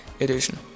edition